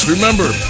Remember